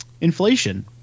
inflation